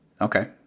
Okay